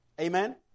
Amen